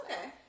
Okay